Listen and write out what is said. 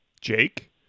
Jake